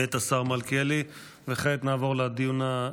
בדמות אזרחים, כיתות כוננות,